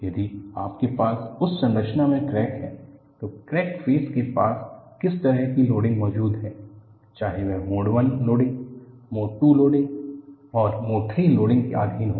यदि आपके पास उस संरचना में क्रैक है तो क्रैक फेस के पास किस तरह की लोडिंग मौजूद है चाहे वह mode I loading mode II loading और मोड III लोडिंग के अधीन हो